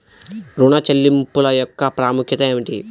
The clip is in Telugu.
ఋణ చెల్లింపుల యొక్క ప్రాముఖ్యత ఏమిటీ?